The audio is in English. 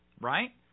right